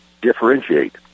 differentiate